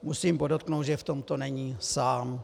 Musím podotknout, že v tomto není sám.